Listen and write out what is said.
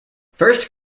first